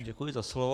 Děkuji za slovo.